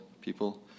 people